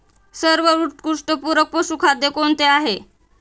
सर्वोत्कृष्ट पूरक पशुखाद्य कोणते आहे?